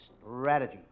Strategy